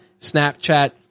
Snapchat